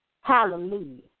Hallelujah